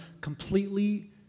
completely